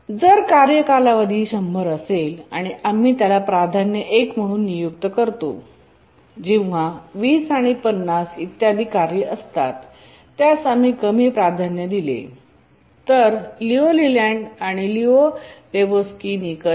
जर कार्य कालावधी 100 असेल आणि आम्ही त्याला प्राधान्य 1 म्हणून नियुक्त करतो जेव्हा 20 50 इत्यादी कार्ये असतात आणि त्यास कमी प्राधान्य दिले जाते तर लिऊ लेलँड आणि लियू लेहोक्स्की निकष इ